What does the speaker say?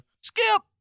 Skip